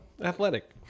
athletic